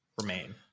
remain